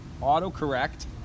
autocorrect